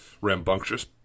rambunctious